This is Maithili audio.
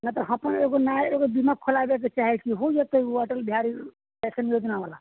हँ तऽ अपन एगो नया एगो बीमा खोलाबैके चाहै छी खुल जेतै उ अटल बिहारी पेंशन योजनावला